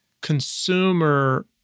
consumer